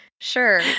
Sure